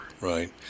Right